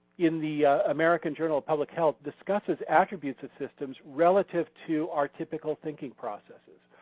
in the american journal of public health, discusses attributes of systems relative to our typical thinking processes.